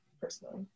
personally